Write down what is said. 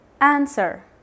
answer